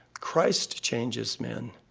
christ changes men,